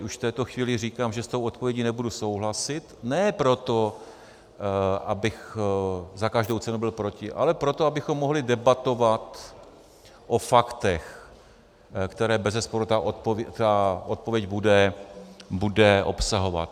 Už v této chvíli říkám, že s tou odpovědí nebudu souhlasit ne proto, abych za každou cenu byl proti, ale proto, abychom mohli debatovat o faktech, které bezesporu ta odpověď bude obsahovat.